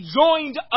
joined